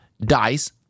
dice